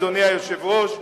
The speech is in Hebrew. אדוני היושב-ראש,